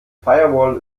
firewall